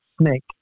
snake